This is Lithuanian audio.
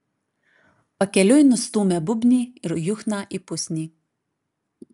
pakeliui nustūmė būbnį ir juchną į pusnį